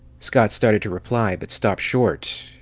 scott started to reply, but stopped short.